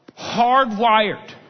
hardwired